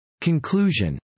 Conclusion